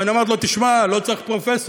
ואני אמרתי לו: תשמע, לא צריך פרופסור.